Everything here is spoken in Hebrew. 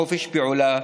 חופש פעולה,